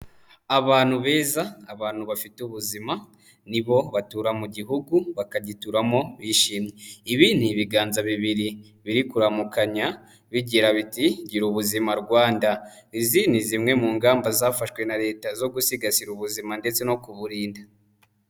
Abantu beza, abantu bafite ubuzima, ni bo batura mu gihugu, bakagituramo bishimye, ibi ni ibiganza bibiri biri kuramukanya bigira biti:" gira ubuzima Rwanda", izi ni zimwe mu ngamba zafashwe na Leta zo gusigasira ubuzima ndetse no kuburinda.